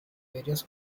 various